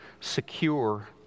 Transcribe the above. secure